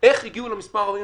איך הגיעו למספר 49?